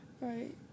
Right